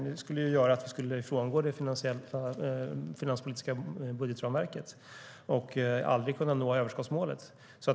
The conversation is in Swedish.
Det skulle göra att vi frångår det finanspolitiska budgetramverket och aldrig kan nå överskottsmålet.